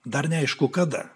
dar neaišku kada